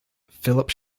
philip